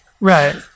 Right